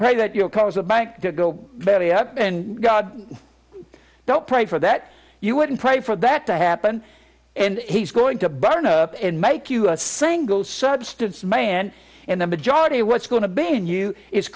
pray that you will cause a bank to go belly up and god don't pray for that you wouldn't pray for that to happen and he's going to burn up and make you a single substance man and the majority of what's going to be in you i